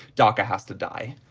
dhaka has to die.